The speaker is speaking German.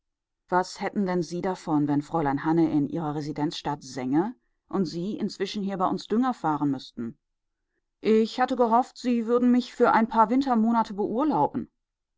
was hätten denn sie davon wenn fräulein hanne in ihrer residenzstadt sänge und sie inzwischen hier bei uns dünger fahren müßten ich hatte gehofft sie würden mich für ein paar wintermonate beurlauben